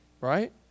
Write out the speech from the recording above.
right